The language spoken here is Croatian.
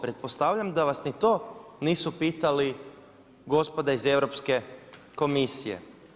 Pretpostavljam da vas ni to nisu pitali gospoda iz Europske komisije.